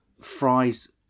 fries